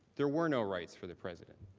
there were no right for the president